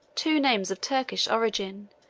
two names of turkish origin,